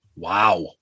Wow